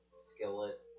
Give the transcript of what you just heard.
skillet